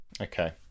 Okay